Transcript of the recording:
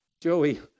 Joey